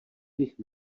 bych